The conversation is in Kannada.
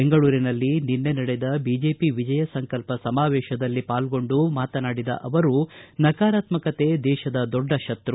ಬೆಂಗಳೂರಿನಲ್ಲಿ ನಿನ್ನೆ ನಡೆದ ಬಿಜೆಪಿ ವಿಜಯ ಸಂಕಲ್ಪ ಸಮಾವೇಶದಲ್ಲಿ ಪಾಲ್ಗೊಂಡು ಮಾತನಾಡಿದ ಅವರು ನಕಾರಾತ್ಮಕತೆ ದೇಶದ ದೊಡ್ಡ ಶಪು